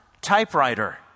typewriter